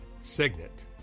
signet